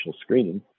screening